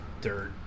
dirt